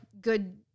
good